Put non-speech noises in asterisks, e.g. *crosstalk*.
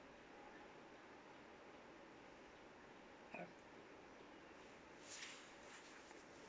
*noise*